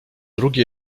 drugi